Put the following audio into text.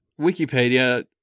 wikipedia